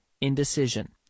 indecision